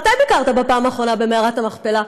מתי ביקרת בפעם האחרונה במערת המכפלה?